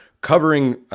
covering